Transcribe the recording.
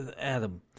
Adam